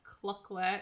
clockwork